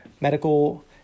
medical